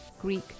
Greek